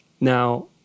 Now